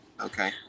Okay